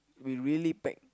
be really packed